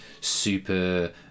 super